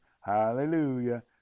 Hallelujah